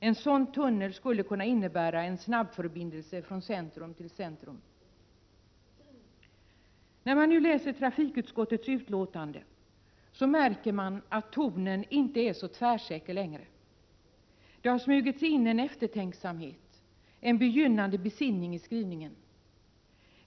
En sådan tunnel skulle kunna innebära en snabbförbindelse från centrum till centrum. När man nu läser trafikutskottets utlåtande, märker man att tonen inte är så tvärsäker längre. Det har smugit sig in en eftertänksamhet, en begynnande besinning i skrivningen.